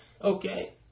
Okay